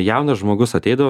jaunas žmogus ateidavo